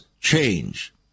change